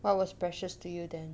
what was precious to you then